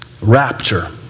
rapture